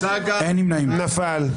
נפל.